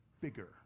bigger